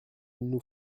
nous